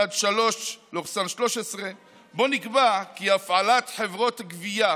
4113/13, שבו נקבע כי הפעלת חברות גבייה